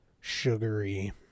sugary